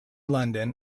london